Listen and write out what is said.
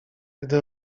gdy